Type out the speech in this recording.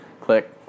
click